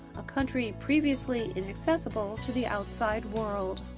a country previously inaccessible to the outside world.